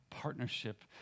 partnership